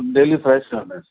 daily fresh ਆਉਂਦਾ